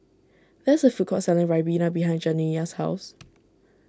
there is a food court selling Ribena behind Janiyah's house